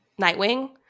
nightwing